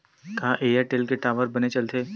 का एयरटेल के टावर बने चलथे?